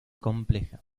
compleja